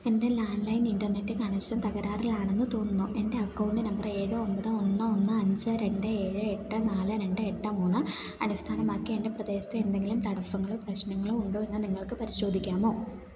എൻ്റെ landline internet connection തകരാറിലാണെന്ന് തോന്നുന്നു എൻ്റെ അക്കൌണ്ട് നമ്പർ ഏഴ് ഒൻപത് ഒന്ന് ഒന്ന് അഞ്ച് രണ്ട് ഏഴ് എട്ട് നാല് രണ്ട് എട്ട് മൂന്ന് അടിസ്ഥാനമാക്കി എൻ്റെ പ്രദേശത്തെ എന്തെങ്കിലും തടസ്സങ്ങളോ പ്രശ്നങ്ങളോ ഉണ്ടോ എന്ന് നിങ്ങൾക്ക് പരിശോധിക്കാമോ